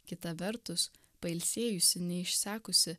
kita vertus pailsėjusi neišsekusi